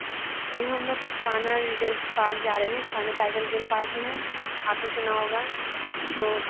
ma'am हम लोग Kanha reserve park जा रहे हैं कान्हा टाइगर रिजर्व पार्क है ना आप ने सुना होगा तो